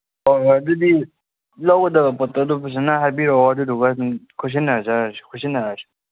ꯍꯣꯏ ꯍꯣꯏ ꯑꯗꯨꯗꯤ ꯂꯧꯒꯗꯕ ꯄꯣꯠꯇꯣ ꯑꯗꯨ ꯐꯖꯅ ꯍꯥꯏꯕꯤꯔꯛꯑꯣ ꯑꯗꯨꯗꯨꯒ ꯑꯗꯨꯝ ꯈꯨꯠꯁꯤꯟꯅꯔꯁꯤ